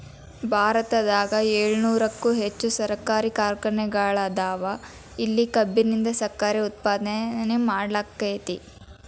ಭಾರತದಾಗ ಏಳುನೂರಕ್ಕು ಹೆಚ್ಚ್ ಸಕ್ಕರಿ ಕಾರ್ಖಾನೆಗಳದಾವ, ಇಲ್ಲಿ ಕಬ್ಬಿನಿಂದ ಸಕ್ಕರೆ ಉತ್ಪಾದನೆ ಮಾಡ್ಲಾಕ್ಕೆತಿ